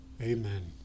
Amen